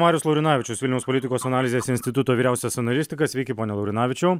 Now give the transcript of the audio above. marius laurinavičius vilniaus politikos analizės instituto vyriausias analitikas sveiki pone laurinavičiau